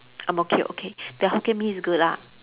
ang-mo-kio okay their Hokkien Mee is good ah